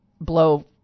Blow